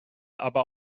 aber